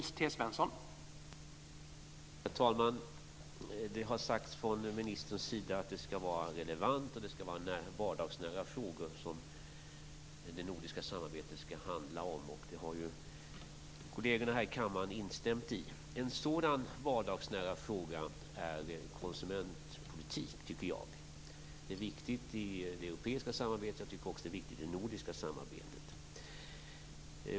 Herr talman! Det har sagts från ministerns sida att det skall vara relevanta och vardagsnära frågor som det nordiska samarbetet skall handla om, och det har kollegerna här i kammaren instämt i. En sådan vardagsnära fråga tycker jag är konsumentpolitik. Det är viktigt i det europeiska samarbetet, och jag tycker också att det är viktigt i det nordiska samarbetet.